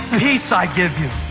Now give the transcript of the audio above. peace i give you,